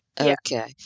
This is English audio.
Okay